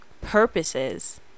purposes